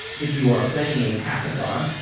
if you are planning a hackathon,